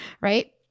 right